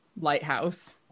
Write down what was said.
lighthouse